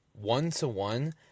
one-to-one